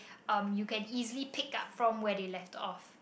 um you can easily pick up from where they left off